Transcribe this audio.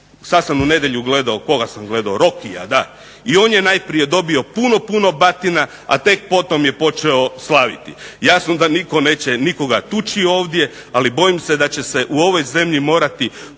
sad sam u nedjelju gledao, koga sam gledao, Rockya da, i on je najprije dobio puno, puno batina, a tek potom je počeo slaviti. Jasno da nitko neće nikoga tući ovdje, ali bojim se da će se u ovoj zemlji morati